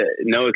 no